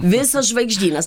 visas žvaigždynas